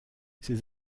ces